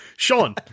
Sean